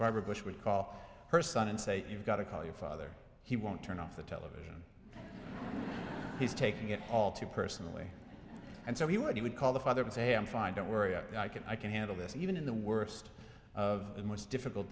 barbara bush would call her son and say you've got to call your father he won't turn off the television he's taking it all too personally and so he would he would call the father and say i'm fine don't worry i can i can handle this even in the worst of the most difficult